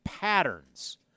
Patterns